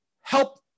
help